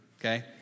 okay